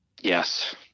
Yes